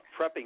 prepping